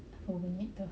apa bunyi tu